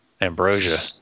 ambrosia